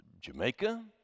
Jamaica